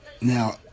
Now